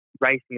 racing